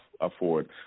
afford